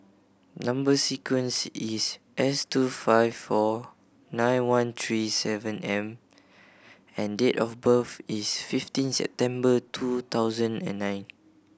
number sequence is S two five four nine one three seven M and date of birth is fifteen September two thousand and nine